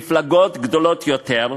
מפלגות גדולות יותר,